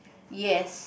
yes